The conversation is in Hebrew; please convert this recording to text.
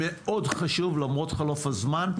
מאוד חשוב למרות חלוף הזמן,